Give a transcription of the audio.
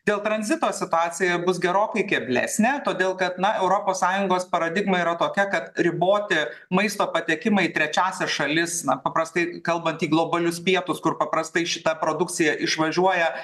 dėl tranzito situacija bus gerokai keblesnė todėl kad na europos sąjungos paradigma yra tokia kad riboti maisto patekimą į trečiąsias šalis na paprastai kalbant į globalius pietus kur paprastai šita produkcija išvažiuoja